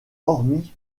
hormis